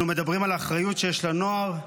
אנחנו מדברים על האחריות שיש לנוער,